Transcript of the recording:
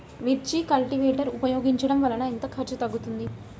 మిర్చి కల్టీవేటర్ ఉపయోగించటం వలన ఎంత ఖర్చు తగ్గుతుంది?